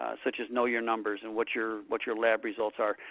ah such as know your numbers, and what your what your lab results are,